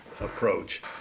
approach